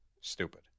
Stupid